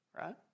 right